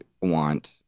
want